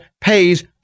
pays